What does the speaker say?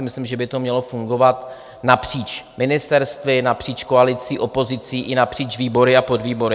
Myslím si, že takhle by to mělo fungovat napříč ministerstvy, napříč koalicí, opozicí i napříč výbory a podvýbory.